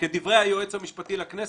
כדברי היועץ המשפטי לכנסת,